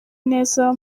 neza